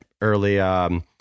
early –